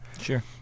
Sure